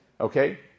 Okay